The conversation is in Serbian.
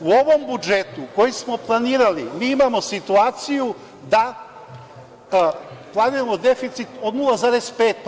U ovom budžetu koji smo planirali, mi imamo situaciju da planiramo deficit od 0,5%